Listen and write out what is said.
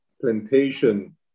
plantation